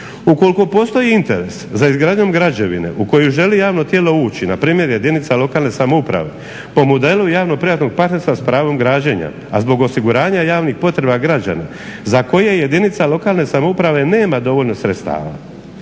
Ukoliko postoji interes za izgradnjom građevine u koju želi javno tijelo ući npr. jedinila lokalne samouprave po modelu javno-privatnog partnerstva s pravom građenja a zbog osiguranja javnih potreba građana za koje je jedinica lokalne samouprave nema dovoljno sredstava.